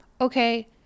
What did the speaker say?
Okay